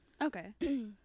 Okay